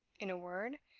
in a word,